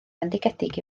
fendigedig